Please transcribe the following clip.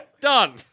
Done